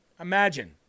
Imagine